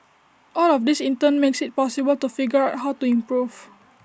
all of this in turn makes IT possible to figure out how to improve